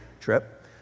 trip